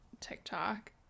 TikTok